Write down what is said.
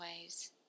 waves